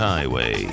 Highway